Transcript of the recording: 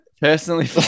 personally